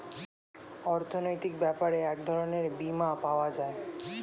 অর্থনৈতিক ব্যাপারে এক রকমের বীমা পাওয়া যায়